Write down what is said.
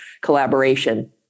collaboration